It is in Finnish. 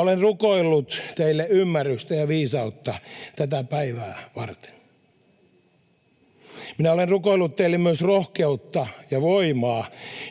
Olen rukoillut teille ymmärrystä ja viisautta tätä päivää varten. Olen rukoillut teille myös rohkeutta ja voimaa,